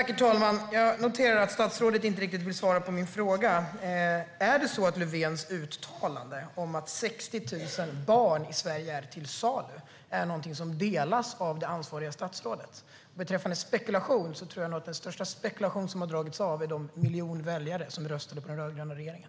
Herr talman! Jag noterar att statsrådet inte riktigt vill svara på min fråga. Är Löfvens uttalande om att 60 000 barn i Sverige är till salu någonting som stöds av det ansvariga statsrådet? Beträffande spekulation kan jag säga att de miljoner väljare som röstade fram den rödgröna regeringen nog har stått för den största spekulationen.